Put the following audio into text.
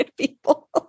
people